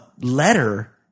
letter